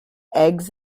eggs